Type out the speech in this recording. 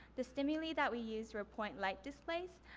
the stimuli that we used were point light displays.